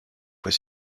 fois